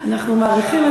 אנחנו מעריכים את זה מאוד.